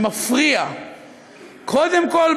שמפריע קודם כול,